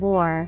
War